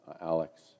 Alex